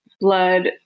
blood